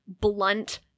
blunt